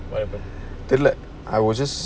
whatever good lah I was just